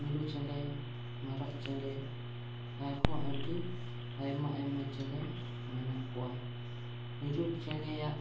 ᱢᱤᱨᱩ ᱪᱮᱬᱮ ᱢᱟᱨᱟᱜ ᱪᱮᱬᱮ ᱟᱨᱦᱚᱸ ᱟᱹᱰᱤ ᱟᱭᱢᱟ ᱟᱭᱢᱟ ᱪᱮᱬᱮ ᱢᱮᱱᱟᱜ ᱠᱚᱣᱟ ᱢᱤᱨᱩ ᱪᱮᱬᱮᱭᱟᱜ